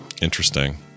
Interesting